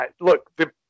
look